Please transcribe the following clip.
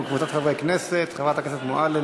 אני קובע שהצעת חוק הפצת שידורים